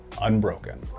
unbroken